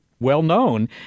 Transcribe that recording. well-known